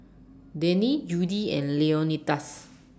Denny Judi and Leonidas